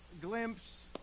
glimpse